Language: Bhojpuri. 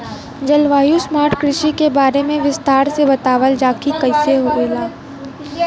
जलवायु स्मार्ट कृषि के बारे में विस्तार से बतावल जाकि कइसे होला?